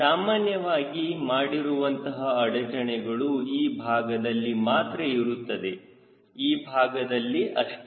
ಸಾಮಾನ್ಯವಾಗಿ ಮಾಡಿರುವಂತಹ ಅಡಚಣೆಗಳು ಈ ಭಾಗದಲ್ಲಿ ಮಾತ್ರ ಇರುತ್ತದೆ ಈ ಭಾಗದಲ್ಲಿ ಅಷ್ಟೇ